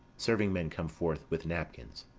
servingmen come forth with napkins.